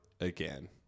again